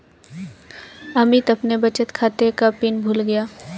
अमित अपने बचत खाते का पिन भूल गया है